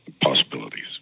possibilities